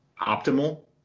optimal